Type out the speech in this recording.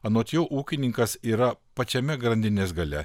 anot jo ūkininkas yra pačiame grandinės gale